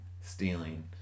stealing